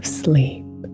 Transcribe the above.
sleep